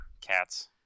cats